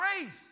grace